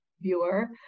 viewer